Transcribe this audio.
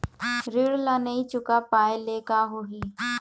ऋण ला नई चुका पाय ले का होही?